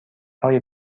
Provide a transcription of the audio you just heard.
های